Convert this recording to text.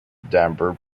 denver